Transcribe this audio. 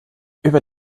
über